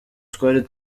twari